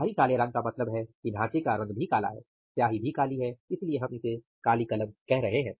बाहरी काले रंग का मतलब है कि ढांचे का रंग भी काला है स्याही भी काली है इसीलिए हम इसे काली कलम कह रहे है